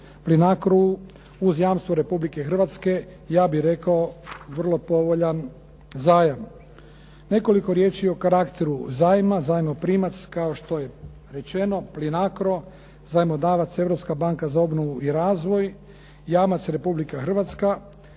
Plinacru uz jamstvo Republike Hrvatske, ja bih rekao vrlo povoljan zajam. Nekoliko riječi o karakteru zajma. Zajmoprimac, kao što je rečeno Plinacro, zajmodavac Europska banka za obnovu i razvoj, jamac Republika Hrvatska,